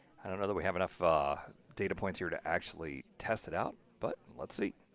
i don't know that we have enough data points here to actually test it out, but let's see.